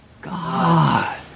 God